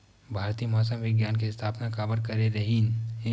भारती मौसम विज्ञान के स्थापना काबर करे रहीन है?